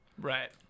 right